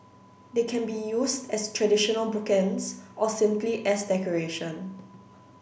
they can be used as traditional bookends or simply as decoration